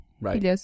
right